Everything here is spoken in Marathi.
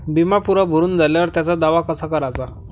बिमा पुरा भरून झाल्यावर त्याचा दावा कसा कराचा?